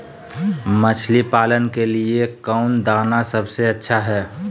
मछली पालन के लिए कौन दाना सबसे अच्छा है?